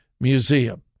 Museum